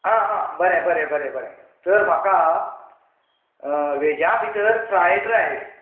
आं हां बरें बरें बरें बरें तर म्हाका वेजा भितर फ्रायड रायस